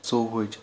ژۄوہٕچۍ